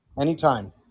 Anytime